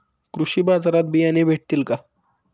कृषी बाजारात बियाणे भेटतील का?